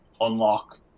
unlock